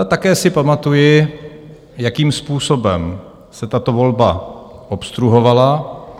Také si pamatuji, jakým způsobem se tato volba obstruovala.